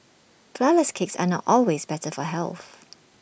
Flourless Cakes are not always better for health